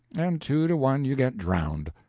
and two to one you get drowned.